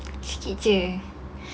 sikit jer